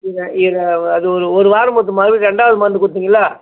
இதை இதை அது ஒரு ஒரு வாரம் பத்தும் ரெண்டாவது மருந்து கொடுத்தீங்கள்ல